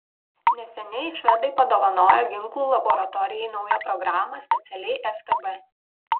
neseniai švedai padovanojo ginklų laboratorijai naują programą specialiai ftb